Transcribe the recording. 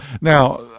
now